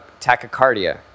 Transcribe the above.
tachycardia